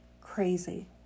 Crazy